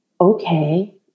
Okay